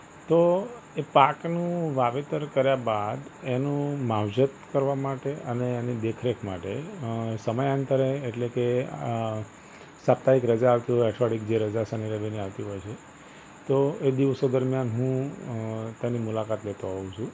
તો એ પાકનું વાવેતર કર્યા બાદ એનું માવજત કરવા માટે અને એની દેખરેખ માટે સમયાંતરે એટલે કે અ સાપ્તાહિક રજા આવતી હોય અઠવાડિકજે રજા શની રવિની આવતી હોય છે તો એ દિવસો દરમિયાન હું તેની મુલાકાત લેતો હોઉં છું